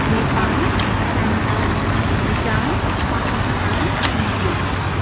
Nepal China Bhutan Pakistan India